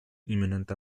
imminent